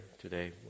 today